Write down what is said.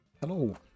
Hello